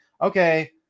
okay